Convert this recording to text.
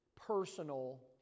personal